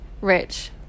Rich